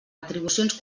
retribucions